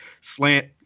slant